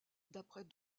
d’après